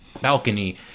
balcony